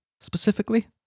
specifically